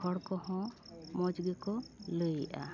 ᱦᱚᱲ ᱠᱚᱦᱚᱸ ᱢᱚᱡᱽ ᱜᱮᱠᱚ ᱞᱟᱹᱭᱮᱜᱼᱟ